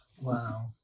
Wow